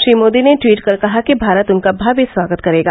श्री मोदी ने टवीट कर कहा कि भारत उनका भव्य स्वागत करेगा